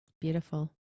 beautiful